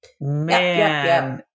Man